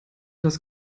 das